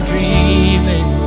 Dreaming